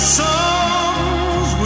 songs